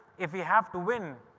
if we have to win,